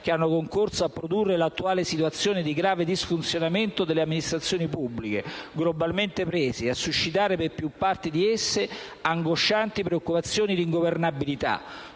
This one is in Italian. che hanno concorso a produrre l'attuale situazione di grave disfunzionamento delle amministrazioni pubbliche, globalmente prese, e a suscitare per più parti di esse angoscianti preoccupazioni di ingovernabilità.